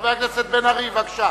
חבר הכנסת מיכאל בן-ארי, בבקשה.